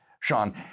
Sean